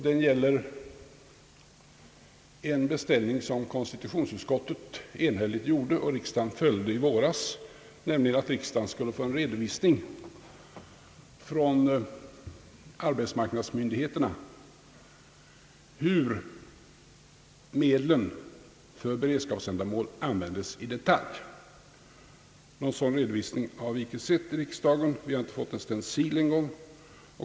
Den gäller en beställning som :konstitutionsutskottet enhälligt gjorde i våras och som riksdagen enhälligt följde, nämligen att riksdagen skulle få en redovisning från arbetsmarknadsmyndigheterna om hur medlen för beredskapsändamål användes i detalj. Någon sådan redovisning har vi inte sett här i riksdagen, vi har inte fått ens en stencil.